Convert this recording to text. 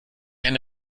eine